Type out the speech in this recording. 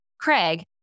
Craig